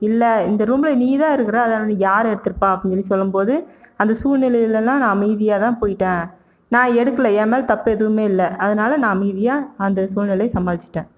இல்லை இந்த ரூமில் நீதான் இருக்கிற அதை வந்து யார் எடுத்திருப்பா அப்படின்னு சொல்லும்போது அந்த சூழ்நிலையிலலாம் நான் அமைதியாகதான் போய்விட்டேன் நான் எடுக்கலை என் மேலே தப்பு எதுவுமே இல்லை அதனால் நான் அமைதியாக அந்த சூழ்நிலைய சமாளிச்சுட்டேன்